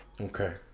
Okay